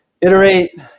iterate